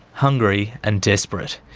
hungry, and desperate.